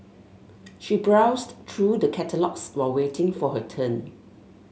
she browsed through the catalogues while waiting for her turn